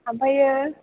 ओमफ्राय